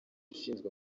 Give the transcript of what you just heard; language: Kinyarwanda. ushinzwe